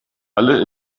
alle